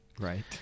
right